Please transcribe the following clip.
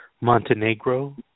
Montenegro